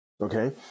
okay